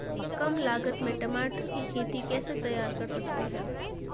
कम लागत में टमाटर की खेती कैसे तैयार कर सकते हैं?